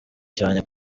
cyane